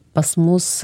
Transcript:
pas mus